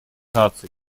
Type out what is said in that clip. наций